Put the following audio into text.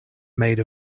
made